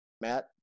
Matt